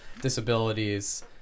disabilities